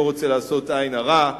לא רוצה לעשות עין הרע,